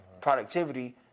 productivity